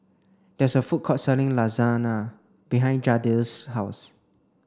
there is a food court selling Lasagna behind Jadiel's house